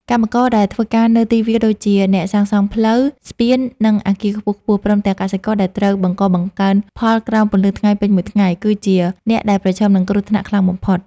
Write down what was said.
កម្មករដែលធ្វើការនៅទីវាលដូចជា អ្នកសាងសង់ផ្លូវ ស្ពាន និងអគារខ្ពស់ៗ ព្រមទាំងកសិករដែលត្រូវបង្កបង្កើនផលក្រោមពន្លឺថ្ងៃពេញមួយថ្ងៃ គឺជាអ្នកដែលប្រឈមនឹងគ្រោះថ្នាក់ខ្លាំងបំផុត។